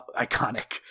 iconic